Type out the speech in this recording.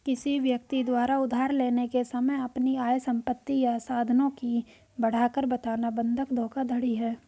किसी व्यक्ति द्वारा उधार लेने के समय अपनी आय, संपत्ति या साधनों की बढ़ाकर बताना बंधक धोखाधड़ी है